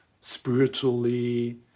spiritually